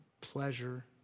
pleasure